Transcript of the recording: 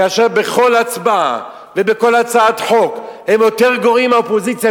כאשר בכל הצבעה ובכל הצעת חוק הם יותר גרועים מהאופוזיציה,